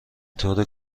طور